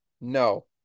no